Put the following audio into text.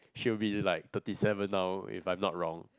she'll be like thirty seven now if I'm not wrong